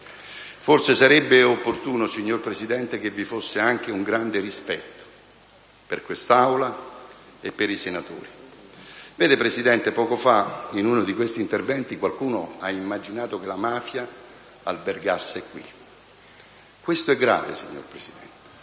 forse sarebbe opportuno, signor Presidente, che vi fosse anche un grande rispetto per quest'Aula e per i senatori. Vede, signor Presidente, poco fa in uno di questi interventi qualcuno ha immaginato che la mafia albergasse qui. Questo è grave, signor Presidente: